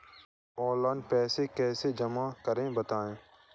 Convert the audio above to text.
Online पैसा कैसे जमा करें बताएँ?